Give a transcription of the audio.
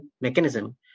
mechanism